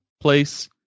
place